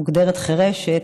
מוגדרת חירשת,